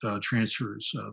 transfers